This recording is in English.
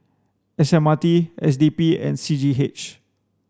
S M R T S D P and C G H